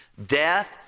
Death